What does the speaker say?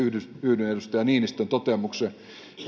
yhdyn edustaja niinistön toteamukseen että